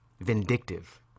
vindictive